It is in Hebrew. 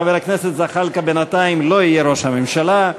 חבר הכנסת זחאלקה בינתיים לא יהיה ראש הממשלה.